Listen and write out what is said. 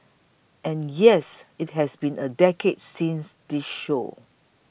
and yes it has been a decade since this show